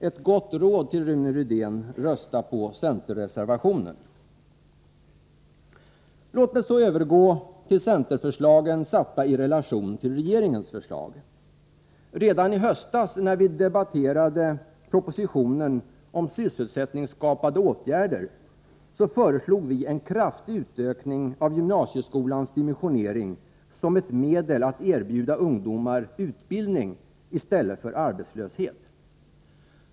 Ett gott råd till Rune Rydén: Rösta på centerreservationen. Låt mig så övergå till centerförslagen satta i relation till regeringens förslag. Redan i höstas när vi debatterade propositionen om sysselsättningsskapande åtgärder föreslog vi en kraftig utökning av gymnasieskolans dimensionering såsom ett medel att erbjuda ungdomar utbildning i stället för arbetslöshet.